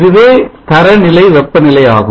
இதுவே தரநிலை வெப்ப நிலையாகும்